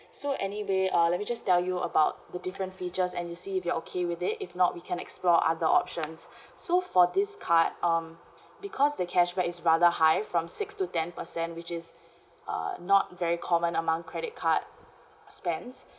so anyway uh let me just tell you about the different features and you see if you're okay with it if not we can explore other options so for this card um because the cashback is rather high from six to ten percent which is uh not very common among credit card spends